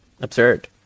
absurd